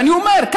ואני אומר,